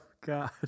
God